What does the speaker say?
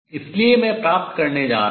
इसलिए मैं प्राप्त करने जा रहा हूँ